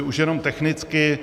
Už jenom technicky.